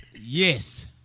Yes